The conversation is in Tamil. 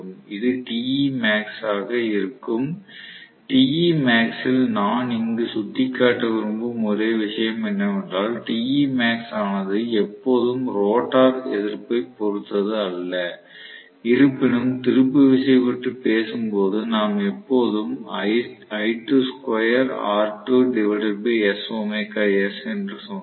இது Temax ஆக இருக்கும் Temax ல் நான் இங்கு சுட்டிக்காட்ட விரும்பும் ஒரு விஷயம் என்னவென்றால் Temax ஆனது எப்போதும் ரோட்டார் எதிர்ப்பைப் பொறுத்தது அல்ல இருப்பினும் திருப்பு விசை பற்றி பேசும்போது நாம் எப்போதும் என்று சொன்னோம்